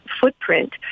footprint